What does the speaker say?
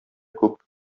күп